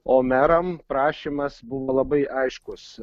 o meram prašymas buvo labai aiškus